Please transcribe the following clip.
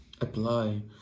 apply